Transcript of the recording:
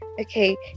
Okay